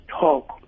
talk